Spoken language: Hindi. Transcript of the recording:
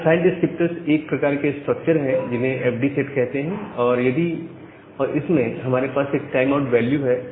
यह फाइल डिस्क्रिप्टर्स एक प्रकार के स्ट्रक्चर हैं जिन्हें एफडी सेट कहते हैं और इसमें हमारे पास एक टाइम आउट वेल्यू है